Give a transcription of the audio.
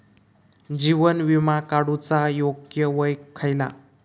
जीवन विमा काडूचा योग्य वय खयला?